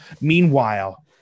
Meanwhile